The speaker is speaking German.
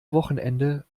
wochenende